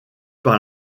par